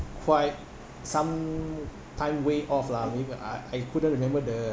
quite some time way off lah I mean I I couldn't remember the